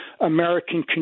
American